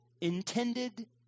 intended